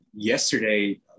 Yesterday